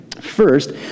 First